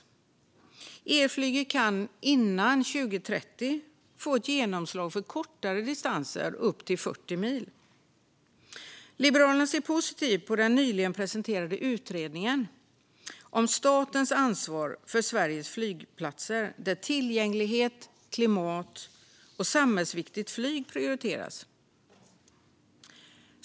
Elflyget kan före 2030 få genomslag för kortare distanser, upp till 40 mil. Liberalerna ser positivt på den nyligen presenterade utredningen om statens ansvar för Sveriges flygplatser, där tillgänglighet, klimat och samhällsviktigt flyg prioriteras.